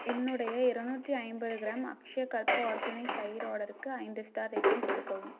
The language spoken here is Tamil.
என்னுடைய இருநூற்றி ஐம்பது கிராம் அக்ஷயகல்ப ஆர்கானிக் தயிர் ஆடருக்கு ஐந்து ஸ்டார் ரேட்டிங் கொடுக்கவும்